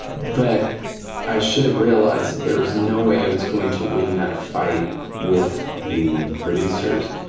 but i should have realized that there was no way i was going to win that fight with the producers,